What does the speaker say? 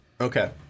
Okay